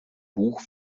buch